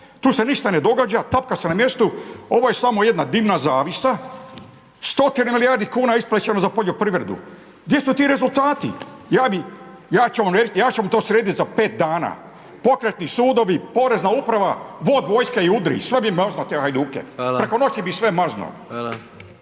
Tu se ništa ne događa, tapkamo se na mjestu, ovo je samo jedna dimna zavjesa, stotine milijardi kuna je isplaćeno za poljoprivredu, gdje su ti rezultati? Ja ću vam to srediti za 5 dana, pokretni sudovi, Porezna uprava, vod vojske i udri, sve bi im maznuo te hajduke, preko noći bi ih sve maznuo.